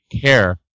care